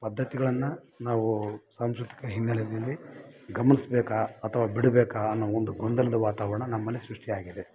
ಪದ್ಧಥಿಗಳನ್ನು ನಾವು ಸಾಂಸ್ಕೃತಿಕ ಹಿನ್ನೆಲೆನಲ್ಲಿ ಗಮನಿಸ್ಬೇಕು ಅಥವಾ ಬಿಡ್ಬೇಕಾ ಅನ್ನೋ ಒಂದು ಗೊಂದಲದ ವಾತಾವರಣ ನಮ್ಮಲ್ಲಿ ಸೃಷ್ಟಿಯಾಗಿದೆ